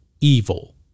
evil